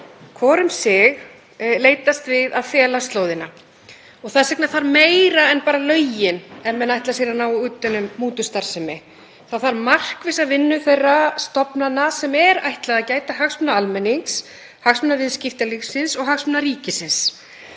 hvor um sig við að fela slóðina. Þess vegna þarf meira en bara lögin ef menn ætla sér að ná utan um mútustarfsemi. Þá þarf markvissa vinnu þeirra stofnana sem ætlað er að gæta hagsmuna almennings, hagsmuna viðskiptalífsins og hagsmuna ríkisins.